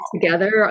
together